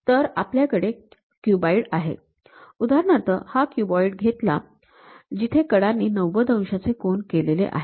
तर आपल्याकडे क्युबाईड आहे उदाहरणार्थ आपण हा क्युबाईड घेतला जिथे कडांनी ९० अंशांचे कोन केलेले आहेत